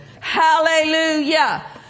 Hallelujah